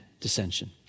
dissension